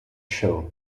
show